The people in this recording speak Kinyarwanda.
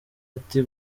ati